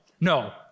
no